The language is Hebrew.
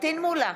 פטין מולא,